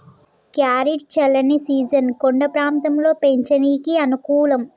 carrot చల్లని season కొండ ప్రాంతంలో పెంచనీకి అనుకూలం